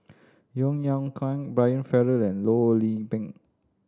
Yeo Yeow Kwang Brian Farrell and Loh Lik Peng